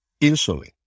insulin